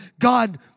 God